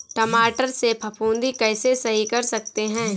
टमाटर से फफूंदी कैसे सही कर सकते हैं?